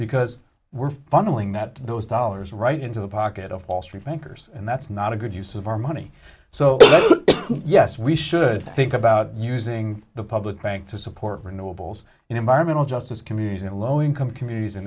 because we're funneling that those dollars right into the pocket of wall street bankers and that's not a good use of our money so yes we should think about using the public bank to support renewables and environmental justice communities in low income communities in